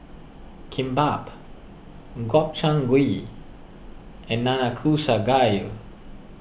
Kimbap Gobchang Gui and Nanakusa Gayu